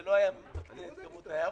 זה לא היה מקטין את כמות ההערות,